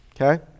okay